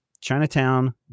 chinatown